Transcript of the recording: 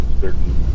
certain